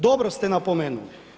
Dobro ste napomenuli.